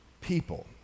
people